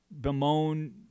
bemoan